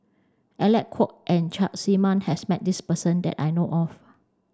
Aalec Kuok and Chak See Mun has met this person that I know of